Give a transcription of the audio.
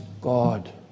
God